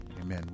Amen